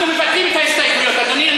אנחנו מבטלים את ההסתייגויות, אדוני.